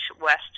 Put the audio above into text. west